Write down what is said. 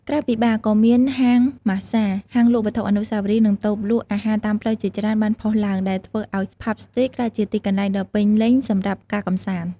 ក្រៅពីបារ ក៏មានហាងម៉ាស្សា ហាងលក់វត្ថុអនុស្សាវរីយ៍ និងតូបលក់អាហារតាមផ្លូវជាច្រើនបានផុសឡើង ដែលធ្វើឲ្យ ផាប់ ស្ទ្រីត ក្លាយជាទីកន្លែងដ៏ពេញលេញសម្រាប់ការកម្សាន្ត។